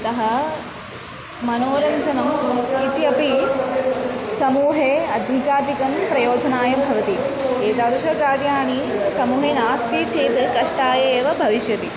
अतः मनोरञ्जनम् इति अपि समूहे अधिकाधिकं प्रयोजनाय भवति एतादृशकार्याणि समूहे नास्ति चेत् कष्टाय एव भविष्यति